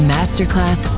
Masterclass